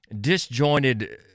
disjointed